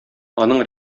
аның